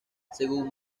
según